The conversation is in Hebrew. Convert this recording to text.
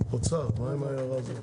האוצר, מה עם ההערה הזאת?